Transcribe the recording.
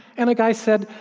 and a guy said,